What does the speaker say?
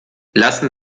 lassen